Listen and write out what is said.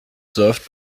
served